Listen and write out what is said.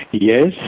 Yes